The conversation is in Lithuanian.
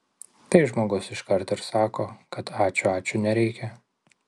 tai žmogus iš karto sako kad ačiū ačiū nereikia